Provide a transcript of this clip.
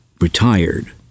retired